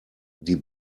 die